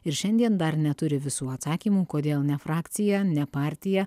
ir šiandien dar neturi visų atsakymų kodėl ne frakcija ne partija